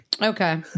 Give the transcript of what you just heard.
Okay